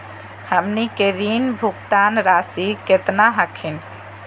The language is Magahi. हमनी के ऋण भुगतान रासी केतना हखिन?